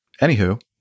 Anywho